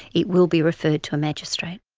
it will be referred to a magistrate.